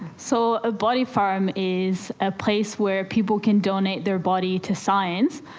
so a body farm is a place where people can donate their body to science,